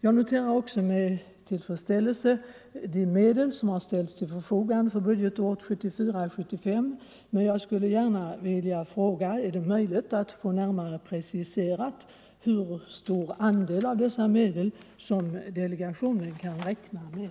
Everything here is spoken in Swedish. Jag noterar också med tillfredsställelse de medel som har ställts till förfogande för budgetåret 1974/75, men jag skulle gärna vilja fråga statsrådet: Är det möjligt att få närmare preciserat hur stor andel av dessa medel som delegationen kan räkna med?